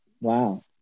Wow